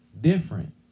different